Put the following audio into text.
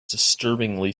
disturbingly